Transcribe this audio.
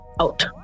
out